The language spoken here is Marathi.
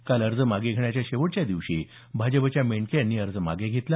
काल अर्ज मागे घेण्याच्या शेवटच्या दिवशी भाजपच्या मेंडके यांनी अर्ज मागे घेतला